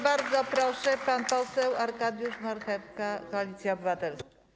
Bardzo proszę, pan poseł Arkadiusz Marchewka, Koalicja Obywatelska.